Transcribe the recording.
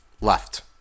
left